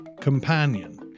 companion